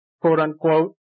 quote-unquote